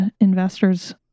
investors